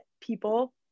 people